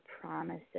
promises